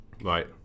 Right